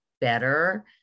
better